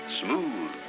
smooth